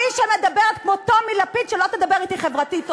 מי שמדברת כמו טומי לפיד, שלא תדבר אתי חברתית.